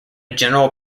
general